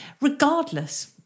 regardless